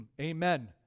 Amen